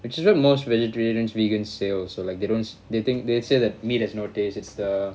which is where most vegetarian vegan stay also lah like they don't they think they say that meat has no taste it's the